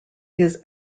his